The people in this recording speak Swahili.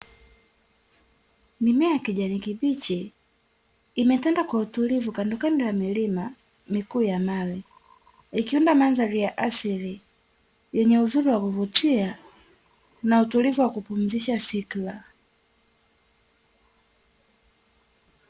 Mimea ya kijani kibichi imetanda kwa utulivu kandokando ya milima mikuu ya mawe, ikiunda mandhari ya asili yenye uzuri wa kuvutia na utulivu wa kupumzisha fikra.